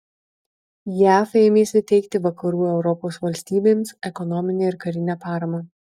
jav ėmėsi teikti vakarų europos valstybėms ekonominę ir karinę paramą